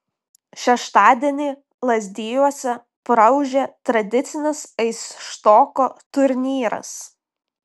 šeštadienį lazdijuose praūžė tradicinis aisštoko turnyras